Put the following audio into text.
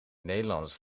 nederlands